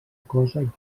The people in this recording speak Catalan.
cosa